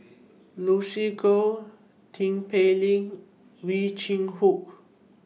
Lucy Koh Tin Pei Ling Ow Chin Hock